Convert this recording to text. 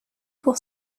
pour